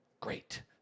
great